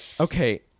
Okay